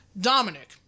Dominic